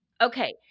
Okay